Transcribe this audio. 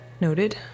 Noted